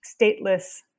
stateless